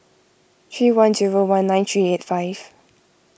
three one zero one nine three eight five